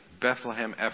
Bethlehem